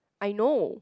I know